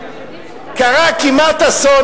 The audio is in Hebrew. קרה כמעט אסון,